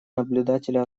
наблюдателя